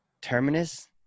terminus